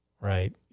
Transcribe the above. right